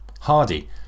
Hardy